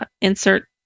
Insert